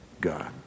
God